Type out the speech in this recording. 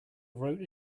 wrote